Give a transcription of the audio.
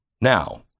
Now